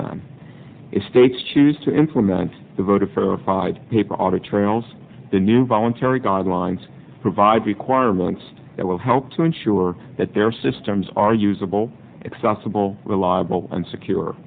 is states choose to implement the voted for a five paper audit trails the new voluntary guidelines provide requirements that will help to ensure that their systems are usable accessible reliable and secure